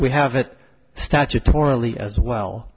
we have it statutorily as well